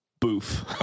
Boof